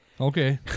Okay